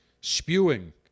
spewing